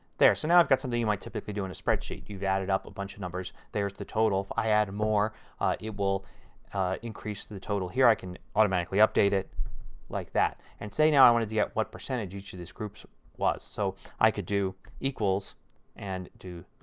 there. so now i've got something you might typically do in a spreadsheet. you've added up a bunch of numbers and there is the total. if i add more it will increase the the total. here i can automatically update it like that. and say now i wanted to get what percentage each of these groups was. so i can do equals and do